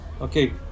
okay